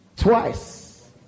Twice